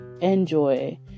enjoy